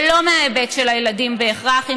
ולא מההיבט של הילדים בהכרח,